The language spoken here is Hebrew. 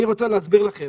אני רוצה להסביר לכם